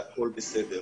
שהכול בסדר,